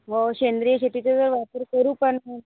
हो सेंद्रीय शेतीचं ज् वापर करू पण